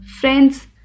friends